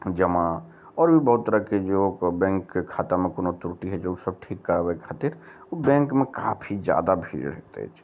जमा आओर भी बहुत तरहके जो कऽ बैंकके खातामे कोनो त्रुटि हइ जे ओसब ठीक कराबैके खातिर ओ बैंकमे काफी जादा भीड़ रहैत अछि